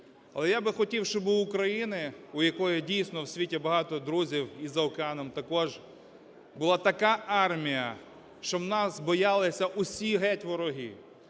Але я би хотів, щоб в України, у якої, дійсно, в світі багато друзів і за океаном також, була така армія, що нас боялися усі геть вороги.